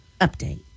update